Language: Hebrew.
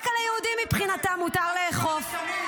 תתייחסי לזה.